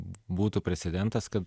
būtų precedentas kad